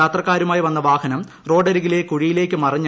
യാത്രക്കാരുമായി വന്ന വാഹനം റോഡരുകിലെ കുഴിയിലേക്ക് മറിഞ്ഞാണ് അപകടം